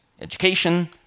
education